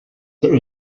there